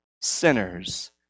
sinners